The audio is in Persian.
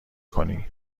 کنی